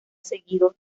seguido